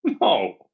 no